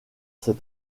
ces